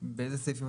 באיזה סעיף?